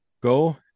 go